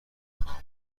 خواهم